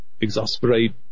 exasperate